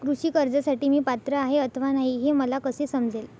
कृषी कर्जासाठी मी पात्र आहे अथवा नाही, हे मला कसे समजेल?